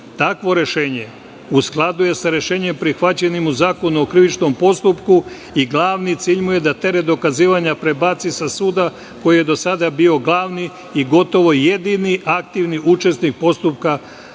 Takvo rešenje u skladu je sa rešenjem prihvaćenim u zakonu o krivičnom postupku i glavni cilj mu je da teret dokazivanja prebaci sa suda, koji je do sada bio glavni i gotovo jedini aktivni učesnik postupka